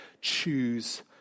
Choose